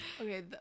Okay